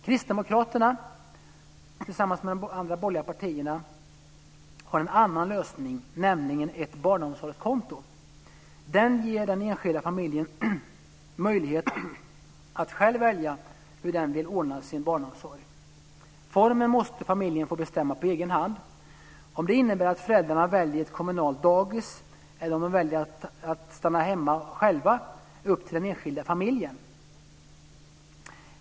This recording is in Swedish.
Kristdemokraterna har tillsammans med de andra borgerliga partierna en annan lösning, nämligen ett barnomsorgskonto. Det ger den enskilda familjen möjlighet att själv välja hur den vill ordna sin barnomsorg. Formen måste familjen få bestämma på egen hand. Om det innebär att föräldrarna väljer ett kommunalt dagis eller om de väljer att stanna hemma är upp till den enskilda familjen.